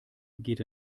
geht